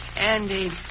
Andy